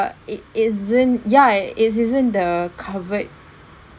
it isn't yeah it isn't the covered